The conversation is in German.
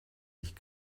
nicht